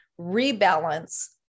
rebalance